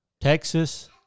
Texas